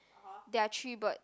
there are three birds